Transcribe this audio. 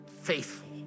faithful